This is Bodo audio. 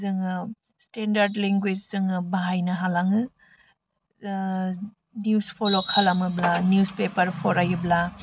जोङो स्टेन्डार्ड लेंगुवेस जोङो बाहायनो हालाङो निउस फल' खालामोब्ला निउस पेपार फरायोब्ला